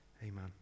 Amen